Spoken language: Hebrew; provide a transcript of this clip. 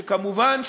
וכמובן,